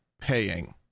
paying